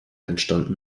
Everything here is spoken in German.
entstanden